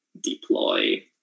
deploy